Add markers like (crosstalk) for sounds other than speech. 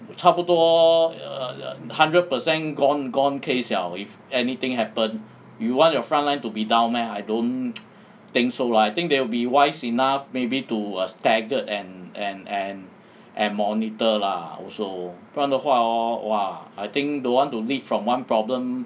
差不多 err hundred percent gone gone case liao if if anything happen you want your front line to be down meh I don't (noise) think so I think they will be wise enough maybe to err staggered and and and and monitor lah also 不然的话 hor !wah! I think don't want to lead from one problem